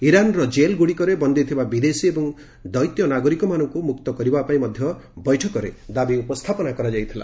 ଇରାନରେ ଜେଲଗୁଡିକରେ ବନ୍ଦୀ ଥିବା ବିଦେଶୀ ଏବଂ ଦ୍ୱୈତ୍ୟ ନାଗରିକମାନଙ୍କୁ ମୁକ୍ତ କରିବା ପାଇଁ ମଧ୍ୟ ବୈଠକରେ ଦାବି ଉପସ୍ଥାପନ କରାଯାଇଥିଲା